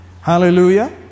Hallelujah